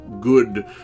good